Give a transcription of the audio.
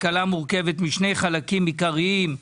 כלכלה מורכבת משני חלקים עיקריים.